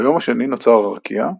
ביום השני נוצר הרקיע,